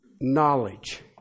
knowledge